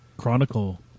chronicle